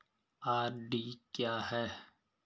RD क्या है?